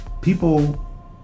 people